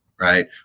right